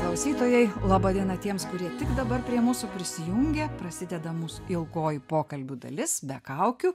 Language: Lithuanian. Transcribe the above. klausytojai laba diena tiems kurie tik dabar prie mūsų prisijungia prasideda mūsų ilgoji pokalbių dalis be kaukių